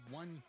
one